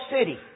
City